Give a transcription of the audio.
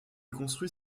construit